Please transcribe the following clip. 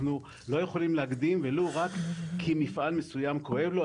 אנחנו לא יכולים להקדים ולו רק כי מפעל מסוים כואב לו,